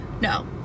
No